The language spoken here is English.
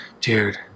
dude